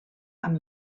amb